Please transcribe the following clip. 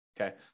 Okay